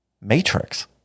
Matrix